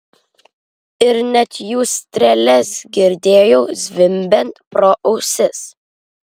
ir net jų strėles girdėjau zvimbiant pro ausis